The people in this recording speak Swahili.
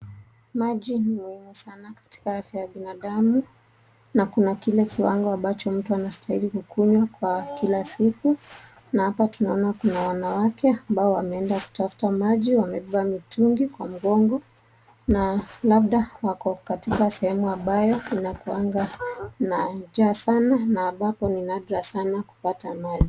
Maji ni muhimu sana katika afya ya binadamu na kuna kile kiwango ambacho mtu anastahili kukunywa kwa kila siku na hapa tunaona kuna wanawake ambao wamenda kutafuta maji, wamebeba mitungi kwa mgongo na labda wako katika sehemu ambayo inakuwanga na njaa sana na ambapo ni nadra sana kupata maji.